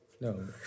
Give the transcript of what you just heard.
No